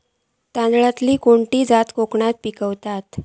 तांदलतली खयची जात कोकणात पिकवतत?